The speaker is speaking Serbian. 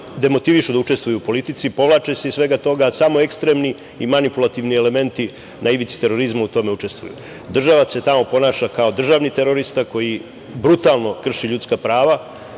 demotivišu da učestvuju u politici, povlače se iz svega toga, a samo ekstremni i manipulativni elementi, na ivici terorizma, u tome učestvuju. Država se tamo ponaša kao državni terorista koji brutalno krši ljudska prava